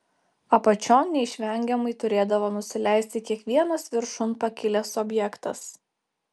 apačion neišvengiamai turėdavo nusileisti kiekvienas viršun pakilęs objektas